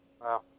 Wow